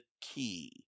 key